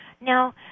Now